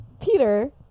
peter